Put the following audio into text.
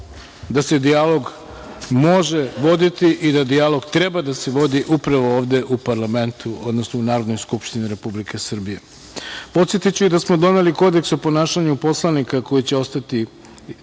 da se dijalog može voditi i da dijalog treba da se vodi upravo ovde u parlamentu, odnosno u Narodnoj skupštini Republike Srbije. Podsetiću i da smo doneli Kodeks o ponašanju poslanika koji će ostati